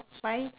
five